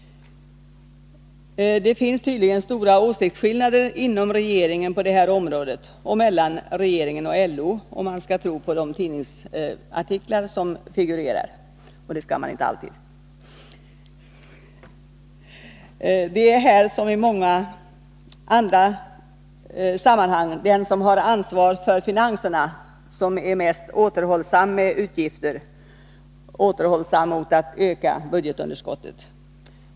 Det finns tydligen på det här området stora åsiktsskillnader inom regeringen och mellan regeringen och LO —- om man skall tro de tidningsartiklar som figurerar, men det skall man inte alltid. Det är här som i andra sammanhang den som har ansvar för finanserna som är mest återhållsam med utgifter och med att öka budgetunderskottet.